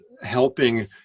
helping